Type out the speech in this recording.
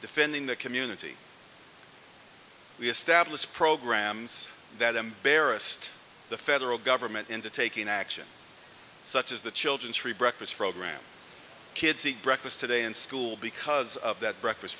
defending the community we established programs that embarrassed the federal government into taking action such as the children's free breakfast program kids eat breakfast today in school because of that breakfast